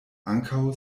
ankaŭ